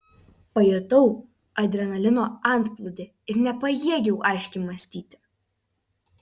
pajutau adrenalino antplūdį ir nepajėgiau aiškiai mąstyti